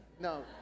No